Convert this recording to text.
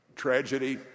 Tragedy